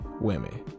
women